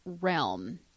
realm